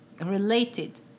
related